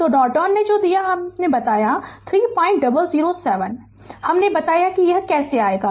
तो नॉर्टन ने दिया जो हमने यहाँ बताया 3007 हमने बताया कि यह कैसे आएगा